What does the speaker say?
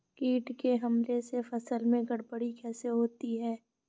कीट के हमले से फसल में गड़बड़ी कैसे होती है?